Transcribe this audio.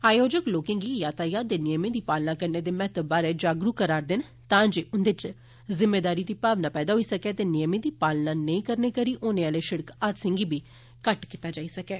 आयोजक लोकें गी यातायात दे नियमें दी पालना करने दे महत्व बारै जागरूक करा'रदे न तां जे उन्दे इच जिम्मेदारी दी भावना पैदा होई सकै ते नियमें दी पालना नेई करने करी होने आले शिड़क हादसे गी घट्ट कीता जाई सकै